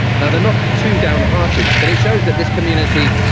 now they're not too downhearted but it shows that this community